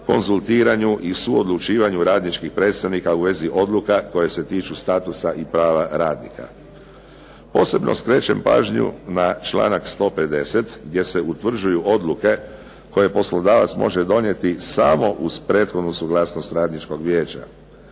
konzultiranju i suodlučivanju radničkih predstavnika u vezi odluka koje se tiču statusa i prava radnika. Posebno skrećem pažnju na članak 150. gdje se utvrđuju odluke koje poslodavac može donijeti samo uz prethodnu suglasnost radničkog vijeća.